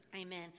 Amen